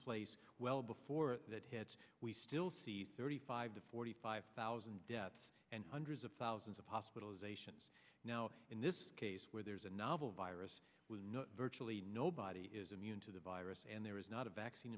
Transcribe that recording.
place well before that hits we still see thirty five to forty five thousand deaths and hundreds of thousands of hospitalizations now in this case where there's a novel virus was virtually nobody is immune to the virus and there is not a vaccine